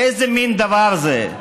איזה מין דבר זה?